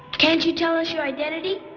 can't you tell us your identity?